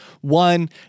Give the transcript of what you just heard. One